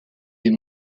des